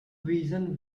vision